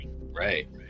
right